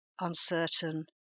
uncertain